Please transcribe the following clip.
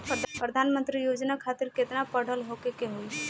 प्रधानमंत्री योजना खातिर केतना पढ़ल होखे के होई?